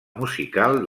musical